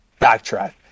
backtrack